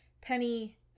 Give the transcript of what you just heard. Penny